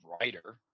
writer